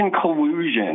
collusion